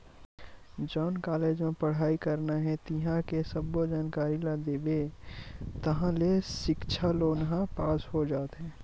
जउन कॉलेज म पड़हई करना हे तिंहा के सब्बो जानकारी ल देबे ताहाँले सिक्छा लोन ह पास हो जाथे